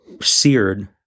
seared